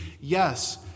yes